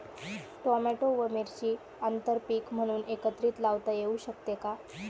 Tomato व मिरची आंतरपीक म्हणून एकत्रित लावता येऊ शकते का?